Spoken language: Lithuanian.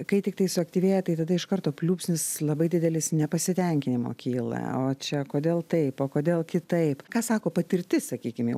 kai tiktai suaktyvėja tai tada iš karto pliūpsnis labai didelis nepasitenkinimo kyla o čia kodėl taip o kodėl kitaip ką sako patirtis sakykim jau